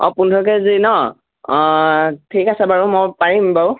অঁ পোন্ধৰ কেজি ন অঁ ঠিক আছে বাৰু মই পাৰিম বাৰু